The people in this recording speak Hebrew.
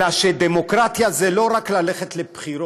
אלא שדמוקרטיה זה לא רק ללכת לבחירות,